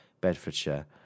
bedfordshire